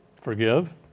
Forgive